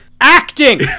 Acting